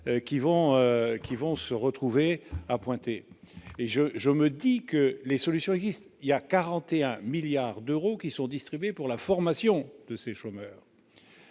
qui vont se retrouver à pointer et je je me dis que les solutions existent, il y a 41 milliards d'euros qui sont distribués pour la formation de ces chômeurs